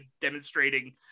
demonstrating